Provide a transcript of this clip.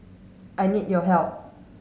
I need your help